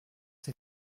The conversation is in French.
ses